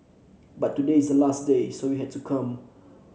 but today is the last day so we had to come